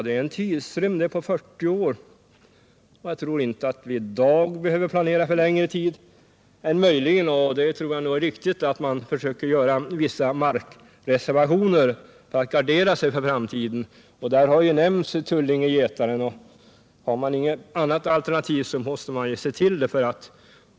Det är en tidrymd på 40 år, och jag tror inte att vi i dag behöver planera för längre tid. Möjligen är det riktigt att försöka göra vissa markreservationer för att gardera sig för framtiden, och i det sammanhanget har man ju nämnt alternativet Tullinge/Getaren. Har man inget annat alternativ måste man ta det.